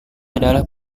adalah